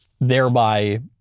thereby